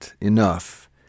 enough